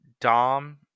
Dom